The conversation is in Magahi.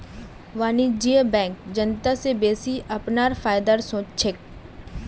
वाणिज्यिक बैंक जनता स बेसि अपनार फायदार सोच छेक